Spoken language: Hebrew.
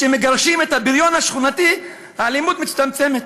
כשמגרשים את הבריון השכונתי האלימות מצטמצמת.